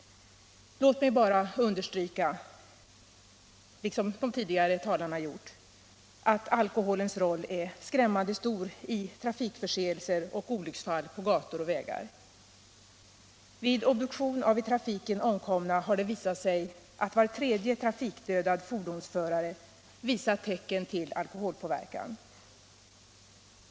Låt mig bara, liksom de tidigare talarna, understryka att alkoholens roll är skrämmande stor vid trafikförseelser och olycksfall på gator och vägar. Vid obduktion av i trafiken omkomna har det visat sig att var tredje trafikdödad fordonsförare visat tecken till alkoholpåverkan.